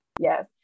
Yes